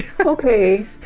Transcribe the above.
Okay